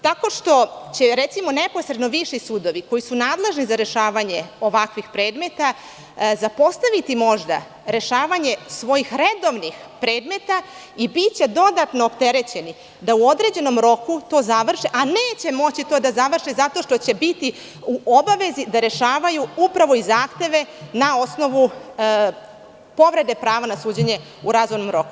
Tako što će, recimo, neposredno viši sudovi, koji su nadležni za rešavanje ovakvih predmeta, zapostaviti možda rešavanje svojih redovnih predmeta i biće dodatno preopterećeni da u određenom roku to završe, a neće moći to da završe zato što će biti u obavezi da rešavaju zahteve na osnovu povrede prava na suđenje u razumnom roku.